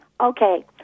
Okay